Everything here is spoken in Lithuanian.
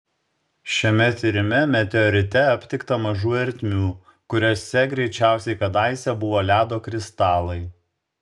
šiame tyrime meteorite aptikta mažų ertmių kuriose greičiausiai kadaise buvo ledo kristalai